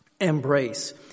embrace